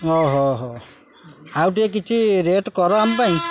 ଓହୋ ହୋ ଆଉ ଟିକେ କିଛି ରେଟ୍ କର ଆମ ପାଇଁ